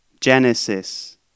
Genesis